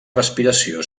respiració